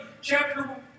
chapter